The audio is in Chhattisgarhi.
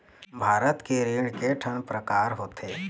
भारत के ऋण के ठन प्रकार होथे?